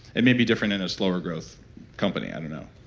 it may be different in a slower growth company, i don't know